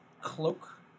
cloak